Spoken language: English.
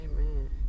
Amen